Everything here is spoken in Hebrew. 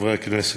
חברי הכנסת,